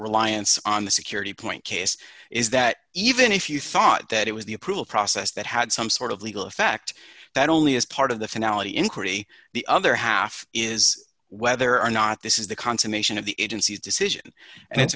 reliance on the security point case is that even if you thought that it was the approval process that had some sort of legal effect that only as part of the finality inquiry the other half is whether or not this is the consummation of the agency's decision and it's